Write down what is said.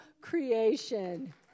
creation